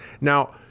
Now